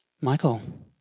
Michael